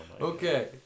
Okay